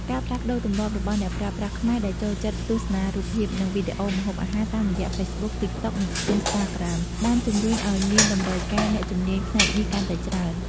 ការផ្លាស់ប្តូរទម្លាប់របស់អ្នកប្រើប្រាស់ខ្មែរដែលចូលចិត្តទស្សនារូបភាព និងវីដេអូម្ហូបអាហារតាមរយៈ Facebook, TikTok និង Instagram បានជំរុញឱ្យមានតម្រូវការអ្នកជំនាញផ្នែកនេះកាន់តែច្រើន។